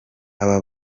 aba